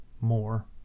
more